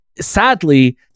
sadly